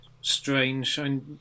strange